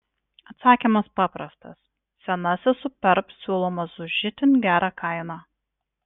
atsakymas paprastas senasis superb siūlomas už itin gerą kainą